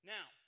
Now